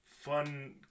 fun